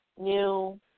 new